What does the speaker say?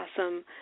awesome